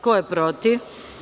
Ko je protiv?